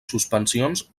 suspensions